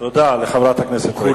תודה לחברת הכנסת רגב.